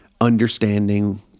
understanding